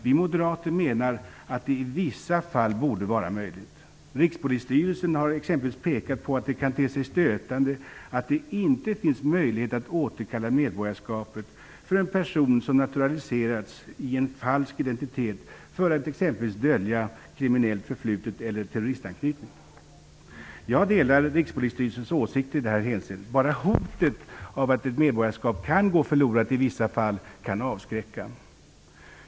Vi moderater menar att det i vissa fall borde vara möjligt. Rikspolisstyrelsen har exempelvis pekat på att det kan te sig stötande att det inte finns möjlighet att återkalla medborgarskapet för en person som naturaliserats i en falsk identitet för att exempelvis dölja kriminellt förflutet eller terroristanknytning. Jag delar Rikspolisstyrelsens åsikt i det här hänseendet. Bara hotet att ett medborgarskap kan gå förlorat i vissa fall kan avskräcka.